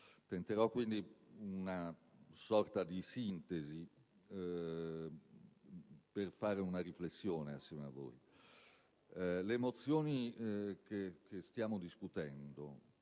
Tenterò, quindi, una sorta di sintesi per fare una riflessione insieme a voi. Le mozioni che stiamo discutendo